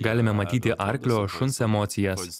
galime matyti arklio šuns emocijas